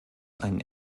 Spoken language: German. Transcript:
einen